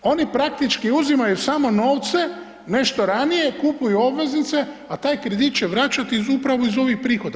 Oni praktički uzimaju samo novce nešto ranije, kupuju obveznice, a taj kredit će vraćati upravo iz ovih prihoda.